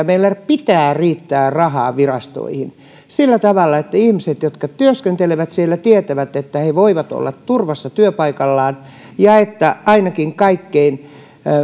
meillä pitää riittää rahaa virastoihin sillä tavalla että ihmiset jotka työskentelevät siellä tietävät että he voivat olla turvassa työpaikallaan ja että ainakin kaikkein